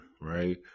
right